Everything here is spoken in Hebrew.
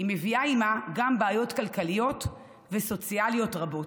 גם בעיות כלכליות וסוציאליות רבות.